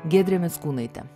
giedre mickūnaite